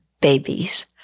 babies